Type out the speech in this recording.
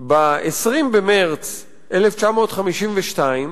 ב-20 במרס 1952,